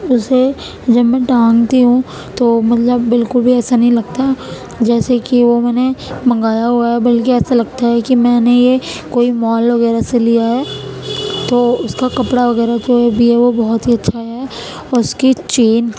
اسے جب میں ٹانگتی ہوں تو مطلب بالکل بھی ایسا نہیں لگتا ہے جیسے کہ وہ میں نے منگایا ہوا ہے بلکہ ایسا لگتا ہے کہ میں نے یہ کوئی مال وغیرہ سے لیا ہے تو اس کا کپڑا وغیرہ جو بھی ہے بہت ہی اچھا ہے اس کی چین